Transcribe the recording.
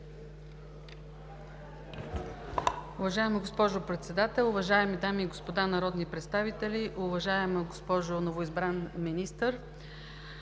Уважаема госпожо Председател, уважаеми госпожи и господа народни представители, уважаема госпожо Министър!